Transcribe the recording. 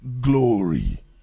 glory